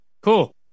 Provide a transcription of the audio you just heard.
cool